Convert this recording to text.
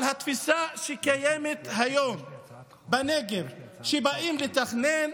אבל התפיסה שקיימת היום בנגב כשבאים לתכנן,